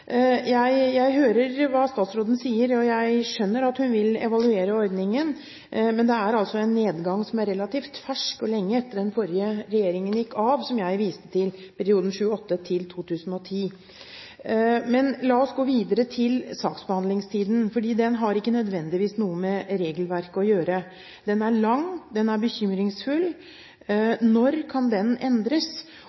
Jeg hører hva statsråden sier, og jeg skjønner at hun vil evaluere ordningen. Men det er altså en nedgang som er relativt fersk, som kom lenge etter at den forrige regjeringen gikk av, som jeg viste til, i perioden 2007/2008–2010. Men la oss gå videre til saksbehandlingstiden, for den har ikke nødvendigvis noe med regelverket å gjøre. Den er lang, og den er bekymringsfull.